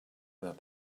that